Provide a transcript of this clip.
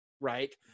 right